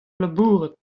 labourat